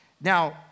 Now